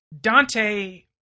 Dante